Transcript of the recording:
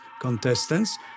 contestants